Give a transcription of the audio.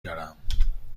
دارم